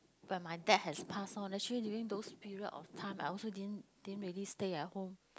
but my dad has passed on actually during those period of time I also didn't really stay at home